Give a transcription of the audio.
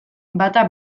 bata